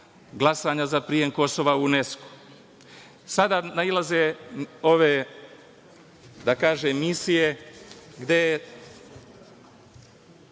glasanja za prijem Kosova u UNESKO.Sada nailaze ove, da kažem, misije gde